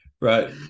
right